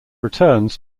returns